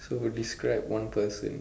so describe one person